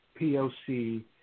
POC